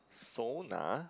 sauna